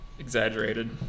exaggerated